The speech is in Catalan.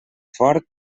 fort